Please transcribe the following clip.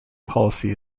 policy